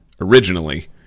originally